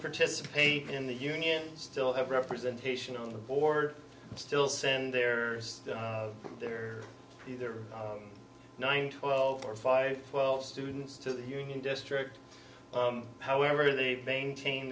participate in the union still have representation on the board still send their their their nine twelve four five twelve students to the union district however they've maintain